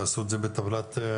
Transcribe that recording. תעשו את זה בטבלת וורד,